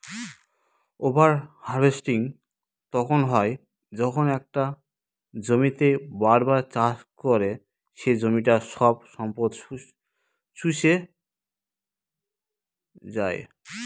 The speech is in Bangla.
ওভার হার্ভেস্টিং তখন হয় যখন একটা জমিতেই বার বার চাষ করে সে জমিটার সব সম্পদ শুষে যাই